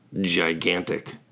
gigantic